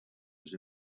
was